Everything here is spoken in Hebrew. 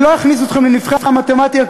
אני לא אכניס אתכם לנבכי המתמטיקה,